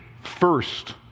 first